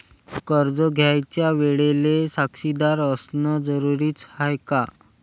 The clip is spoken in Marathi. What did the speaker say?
कर्ज घ्यायच्या वेळेले साक्षीदार असनं जरुरीच हाय का?